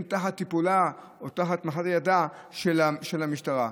תחת טיפולה או תחת נחת ידה של המשטרה.